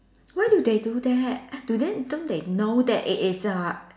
why do they do that do they don't they know that it is a